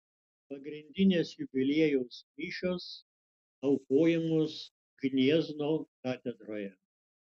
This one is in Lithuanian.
pagrindinės jubiliejaus mišios aukojamos gniezno katedroje